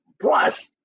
Plus